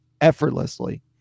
effortlessly